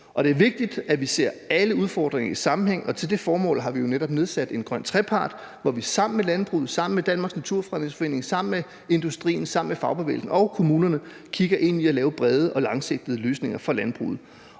Det er vigtigt, at vi ser alle udfordringer i sammenhæng, og til det formål har vi jo netop nedsat en grøn trepart, hvor vi sammen med landbruget, sammen med Danmarks Naturfredningsforening, sammen med industrien, sammen med fagbevægelsen og sammen med kommunerne kigger ind i at lave brede og langsigtede løsninger for landbruget.